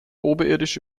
oberirdisch